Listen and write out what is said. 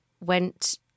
went